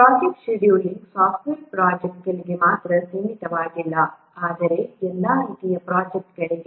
project scheduling software ಪ್ರಾಜೆಕ್ಟ್ಗಳಿಗೆ ಮಾತ್ರ ಸೀಮಿತವಾಗಿಲ್ಲ ಆದರೆ ಎಲ್ಲಾ ರೀತಿಯ ಪ್ರಾಜೆಕ್ಟ್ಗಳಿಗೆ